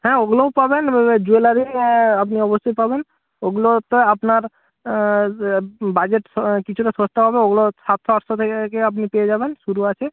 হ্যাঁ ওগুলোও পাবেন জুয়েলারি আপনি অবশ্যই পাবেন ওগুলো হচ্ছে আপনার বাজেট কিছুটা সস্তা হবে ওগুলো সাতশো আটশো থেকে কে আপনি পেয়ে যাবেন শুরু আছে